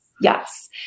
Yes